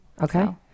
Okay